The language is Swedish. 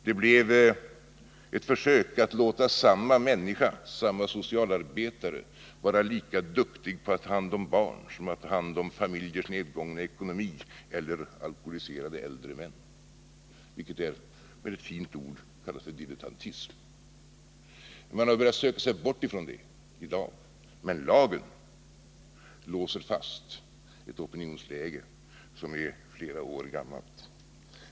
Det blev ett försök att låta samma socialarbetare personligen vara lika duktig på att ta hand om barn som på att ta hand om familjers nedgångna ekonomi eller alkoholiserade äldre män — vilket tillsammans med ett fint ord kallas för dilletantism. Man har börjat söka sig bort från det i dag, men lagen låser fast ett opinionsläge som är flera år gammalt.